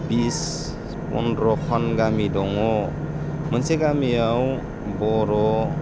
बिस फन्द्रखान गामि दङ मोनसे गामियाव बर'